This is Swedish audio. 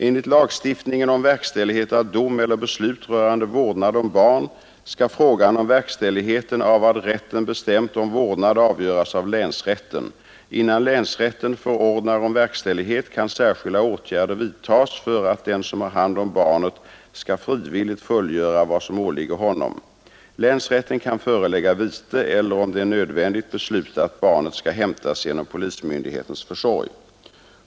Enligt lagstiftningen om verkställighet av dom eller beslut rörande vårdnad om barn skall frågan om verkställigheten av vad rätten bestämt om vårdnad avgöras av länsrätten. Innan länsrätten förordnar om verkställighet kan särskilda åtgärder vidtas för att den som har hand om barnet skall frivilligt fullgöra vad som åligger honom. Länsrätten kan förelägga vite eller, om det är nödvändigt, besluta att barnet skall hämtas genom polismyndighetens försorg.